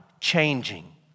changing